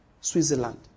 Switzerland